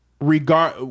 regard